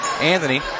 Anthony